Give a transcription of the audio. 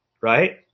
right